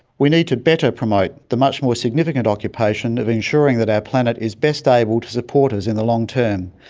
we need to better promote the much more significant occupation of ensuring that our planet is best able to support us in the long term,